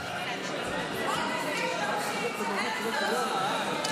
(חברת הכנסת מירב בן ארי יוצאת מאולם המליאה.) תודה.